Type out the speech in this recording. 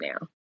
now